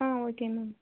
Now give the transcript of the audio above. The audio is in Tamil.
ah okay ma'am